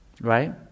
right